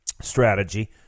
strategy